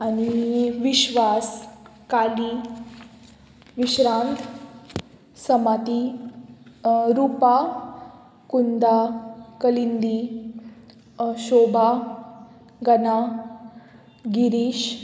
आनी विश्वास काली विश्रांत समाती रुपा कुंदा कलिंदी शोभा गना गिरीश